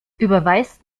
überweist